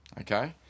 Okay